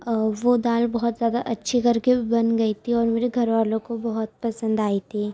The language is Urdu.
وہ دال بہت زیادہ اچھی کر کے بن گئی تھی اور میرے گھر والوں کو بہت پسند آئی تھی